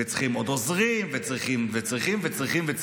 צריכים עוד עוזרים וצריכים וצריכים.